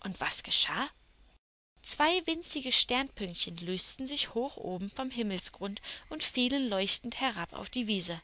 und was geschah zwei winzige sternpünktchen lösten sich hoch oben vom himmelsgrund und fielen leuchtend herab auf die wiese